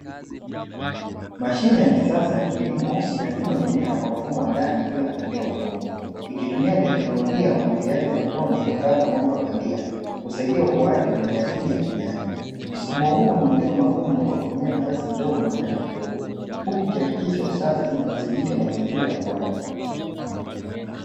Mashine ya kisasa ya kilimo inalima mimea kwa mfumo wa ndani bila kutumia udongo, ikitumia teknolojia ya umwagiliaji wa matone na taa za mwanga wa bandia kusaidia ukuaji mimea hii ya kijani. Mfumo huo unaongeza mavuno kwa kutumia nafasi ndogo na maji kidogo, huku ikihakikisha usafi na udhibiti wa mazingira ya ukuaji.